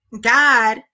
God